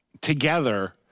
together